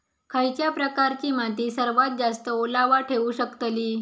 खयच्या प्रकारची माती सर्वात जास्त ओलावा ठेवू शकतली?